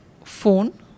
phone